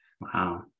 Wow